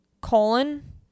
colon